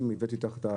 ברמה המיידית,